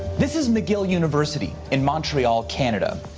this is mcgill university in montreal, canada.